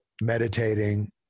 meditating